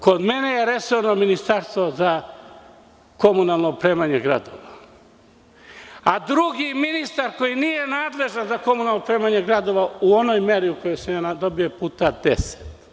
Kod mene je resorno ministarstvo za komunalno opremanje gradova, a drugi ministar koji nije nadležan za komunalno opremanje gradova u onoj meri u kojoj sam dobio nadležnost je puta 10.